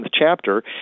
chapter